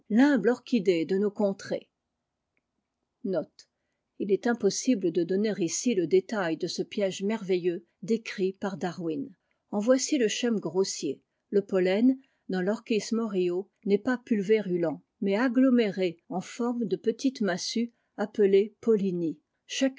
de nos contrées il est impossible de donner ici le détail de ce piège m veilleux décrit par darwin en voici le schème grossie le pollen dans vorchis morio n'est pas pulvérulent na aggloméré en forme de petites massues appelées pollin